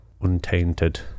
untainted